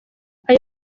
ayo